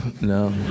no